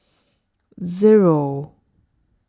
Zero